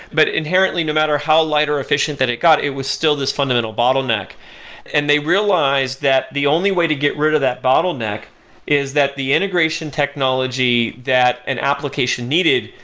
but inherently no matter how light or efficient that it got, it was still this fundamental bottleneck and they realized that the only way to get rid of that bottleneck is that the integration technology that an application needed,